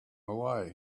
away